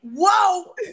Whoa